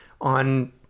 on